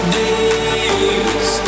days